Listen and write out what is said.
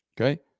Okay